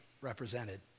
represented